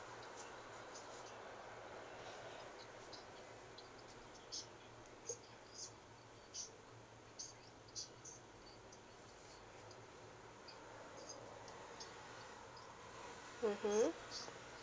mmhmm